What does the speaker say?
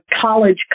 college